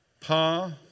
Pa